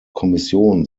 kommission